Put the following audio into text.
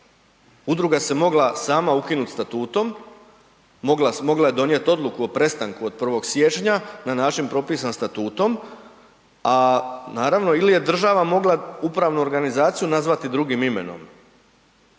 Udruga se mogla sama ukinuti statutom, mogla je donijet odluku o prestanu od 1. siječnja na način propisan statutom, a naravno ili je država mogla upravnu organizaciju nazvati drugim imenom.